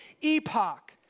epoch